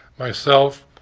myself,